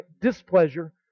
displeasure